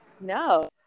No